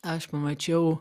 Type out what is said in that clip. aš pamačiau